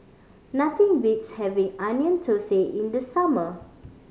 nothing beats having Onion Thosai in the summer